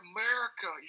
America